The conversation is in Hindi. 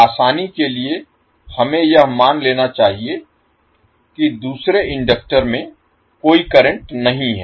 आसानी के लिए हमें यह मान लेना चाहिए कि दूसरे इंडक्टर में कोई करंट नहीं है